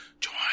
join